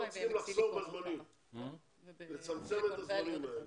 צריך לצמצם את הזמנים האלה.